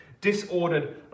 Disordered